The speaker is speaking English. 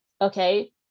okay